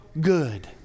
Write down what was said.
good